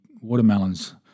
Watermelons